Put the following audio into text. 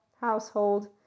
household